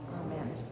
Amen